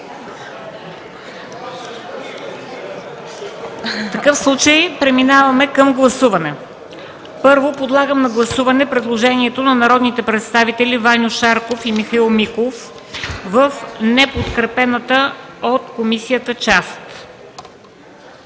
Няма. Преминаваме към гласуване. Първо, подлагам на гласуване предложението на народните представители Ваньо Шарков и Михаил Михайлов в неподкрепената от комисията част.